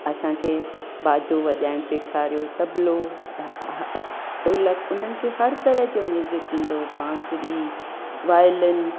असांखे बाजो वॼाइण सेखारियो तबलो ढोलक उन्हनि खे हर तरह जे म्यूज़िक ईंदो बांसुरी वायोलेन